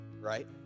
right